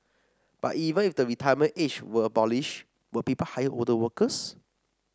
but even if the retirement age were abolished would people hire older workers